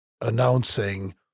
announcing